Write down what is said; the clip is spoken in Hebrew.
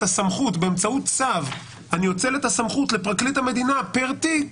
הסמכות באמצעות צו לפרקליט המדינה פר תיק,